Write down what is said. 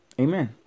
Amen